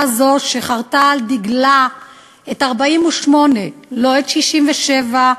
הזאת שחרתה על דגלה את 48' לא את 67',